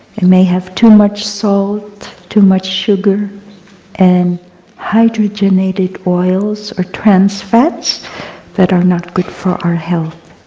and may have too much salt, too much sugar and hydrogenated oils or trans fats that are not good for our health.